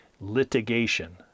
litigation